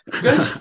Good